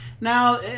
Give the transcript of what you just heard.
now